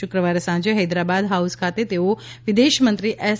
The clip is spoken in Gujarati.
શુક્રવારે સાંજે હૈદરાબાદ હાઉસ ખાતે તેઓ વિદેશમંત્રી એસ